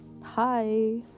hi